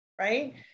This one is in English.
right